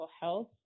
health